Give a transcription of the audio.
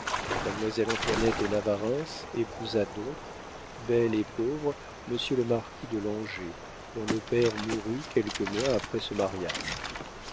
mademoiselle antoinette de navarreins épousa donc belle et pauvre monsieur le marquis de langeais dont le père mourut quelques mois après ce mariage